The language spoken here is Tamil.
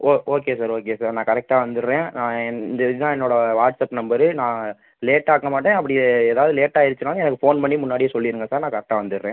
ஓ ஓகே சார் ஓகே சார் நான் கரெக்டாக வந்துடுறேன் நான் என் இந்த இதுதான் என்னோடய வாட்ஸப் நம்பரு நான் லேட்டாக்க மாட்டேன் அப்படி எதாவது லேட்டாகிடுச்சினாலும் எனக்கு ஃபோன் பண்ணி முன்னாடியே சொல்லிடுங்க சார் நான் கரெக்டாக வந்துடுறேன்